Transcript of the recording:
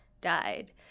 died